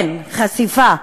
כן, חשיפה,